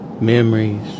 Memories